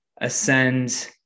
ascend